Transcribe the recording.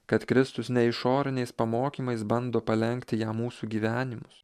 kad kristus ne išoriniais pamokymais bando palenkti jam mūsų gyvenimus